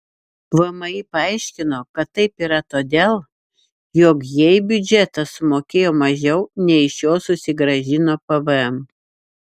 vmi paaiškino kad taip yra todėl jog jie į biudžetą sumokėjo mažiau nei iš jo susigrąžino pvm